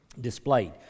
displayed